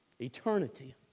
Eternity